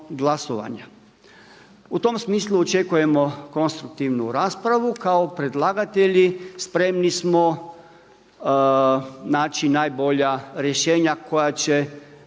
U tom smislu očekujemo konstruktivnu raspravu. Kao predlagatelji spremni smo naći najbolja rješenja koja će